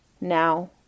Now